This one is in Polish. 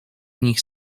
nich